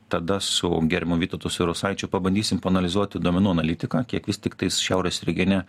tada su gerbiamu vytautu siaurusaičiu pabandysim paanalizuoti duomenų analitiką kiek vis tiktais šiaurės regione